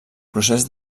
procés